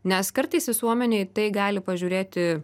nes kartais visuomenė į tai gali pažiūrėti